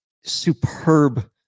superb